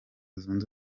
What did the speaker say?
zunze